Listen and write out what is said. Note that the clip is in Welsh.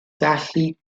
dathlu